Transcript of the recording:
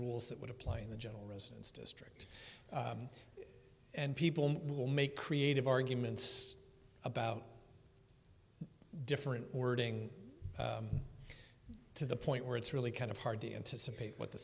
rules that would apply in the general residence district and people will make creative arguments about different wording to the point where it's really kind of hard to anticipate what the